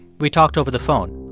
we talked over the phone.